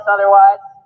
otherwise